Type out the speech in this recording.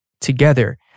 together